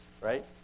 right